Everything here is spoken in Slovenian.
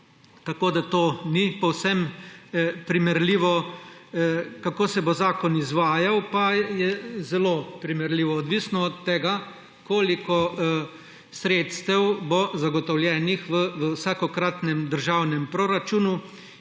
tako da to ni povsem primerljivo. Kako se bo zakon izvajal, pa je zelo primerljivo, odvisno od tega, koliko sredstev bo zagotovljenih v vsakokratnem državnem proračunu